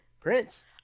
Prince